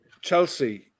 Chelsea